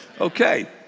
Okay